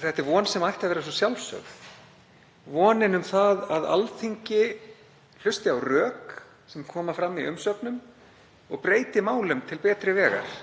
þetta er von sem ætti að vera svo sjálfsögð, vonin um að Alþingi hlusti á rök sem koma fram í umsögnum og breyti málum til betri vegar